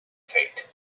fate